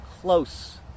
close